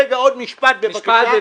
רגע, עוד משפט, בבקשה.